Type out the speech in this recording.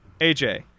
aj